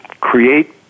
create